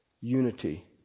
unity